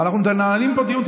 אנחנו מנהלים פה דיון.